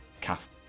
cast